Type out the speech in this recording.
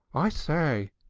i say,